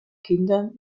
kindern